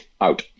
out